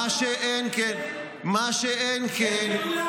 מה שאין כן -- איך קראו לאבא של הלל הזקן?